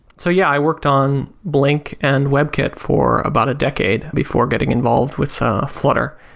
so yeah, i worked on blink and web kit for about a decade before getting involved with flutter,